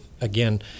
again